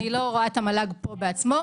אני לא רואה את המל"ג פה בעצמו.